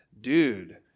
dude